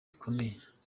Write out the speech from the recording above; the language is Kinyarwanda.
bikomeye